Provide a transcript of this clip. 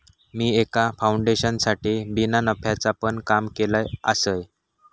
मी एका फाउंडेशनसाठी बिना नफ्याचा पण काम केलय आसय